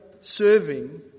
serving